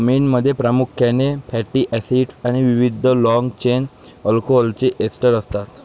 मेणमध्ये प्रामुख्याने fatty acids आणि विविध लाँग चेन अल्कोहोलचे एस्टर असतात